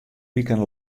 wiken